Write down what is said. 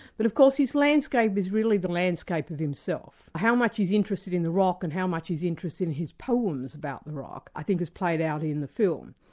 but of course his landscape is really the landscape of himself. how much he's interested in the rock and how much he's interested in his poems about the rock, i think is played out in the film.